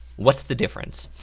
what's the difference?